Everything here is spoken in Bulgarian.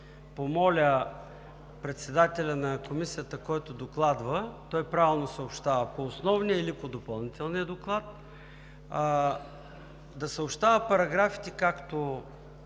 помоля председателя на Комисията, който докладва – той правилно съобщава по Основния или по Допълнителния доклад, да съобщава параграфите както